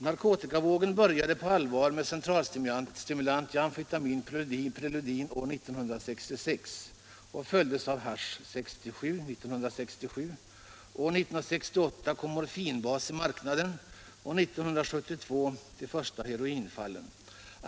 Narkotikavågen började på allvar med centralstimulantia — amfetamin, preludin — år 1966 och följdes av hasch 1967. År 1968 kom morfinbas i marknaden och 1972 de första heroinfallen.